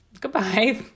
Goodbye